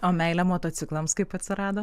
o meilė motociklams kaip atsirado